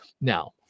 Now